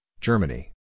Germany